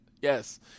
Yes